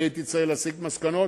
הייתי צריך להסיק מסקנות,